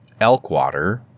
Elkwater